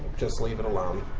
just leave it alone.